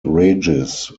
regis